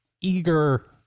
eager